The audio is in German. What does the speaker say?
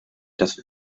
das